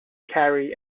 carry